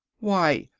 why,